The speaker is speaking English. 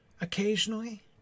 occasionally